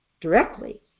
directly